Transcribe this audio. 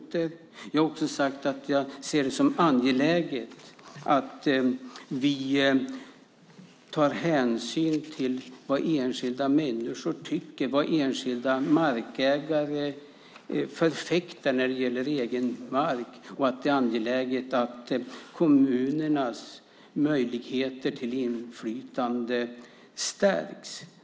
Jag har också sagt att jag ser det som angeläget att vi tar hänsyn till vad enskilda människor tycker, vad enskilda markägare förfäktar när det gäller egen mark och att det är angeläget att kommunernas möjligheter till inflytande stärks.